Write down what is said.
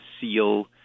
seal